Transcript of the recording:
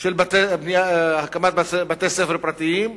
של הקמת בתי-ספר פרטיים.